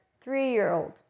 three-year-old